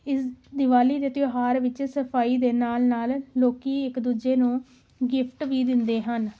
ਇਸ ਦਿਵਾਲੀ ਦੇ ਤਿਉਹਾਰ ਵਿੱਚ ਸਫ਼ਾਈ ਦੇ ਨਾਲ ਨਾਲ ਲੋਕ ਇੱਕ ਦੂਜੇ ਨੂੰ ਗਿਫਟ ਵੀ ਦਿੰਦੇ ਹਨ